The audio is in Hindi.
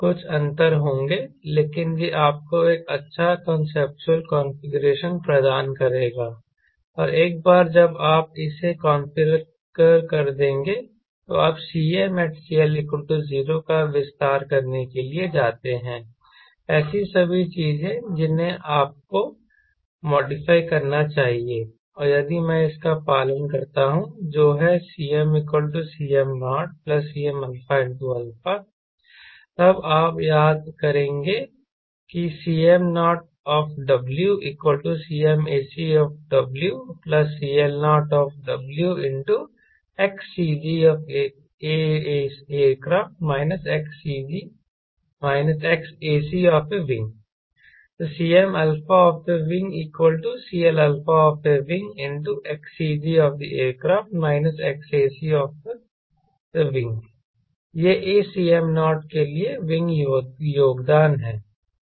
कुछ अंतर होंगे लेकिन यह आपको एक अच्छा कांसेप्चुअल कॉन्फ़िगरेशन प्रदान करेगा और एक बार जब आप इसे कॉन्फ़िगर कर देंगे तो आप CmatCL0 का विस्तार करने के लिए जाते हैं ऐसी सभी चीजें जिन्हें आपको मॉडिफाई करना चाहिए और यदि मैं इसका पालन करता हूं जो है CmCm0Cmα तब आप याद करोगे कि Cm0WCmacWCLOWXCGac XacW CmαWCLαWXCGac XacW यह इस Cm0 के लिए विंग योगदान है ठीक है